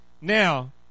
now